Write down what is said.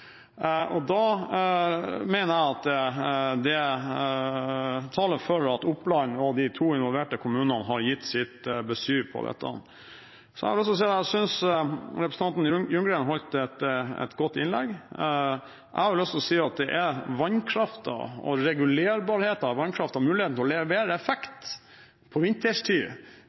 mener at det taler for at Oppland og de to involverte kommunene har gitt sitt besyv med i dette. Så har jeg lyst til å si at jeg synes representanten Ljunggren holdt et godt innlegg. Jeg har lyst til å si at det er vannkraften, regulerbarheten av vannkraften og muligheten til å levere